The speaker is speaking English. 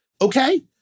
okay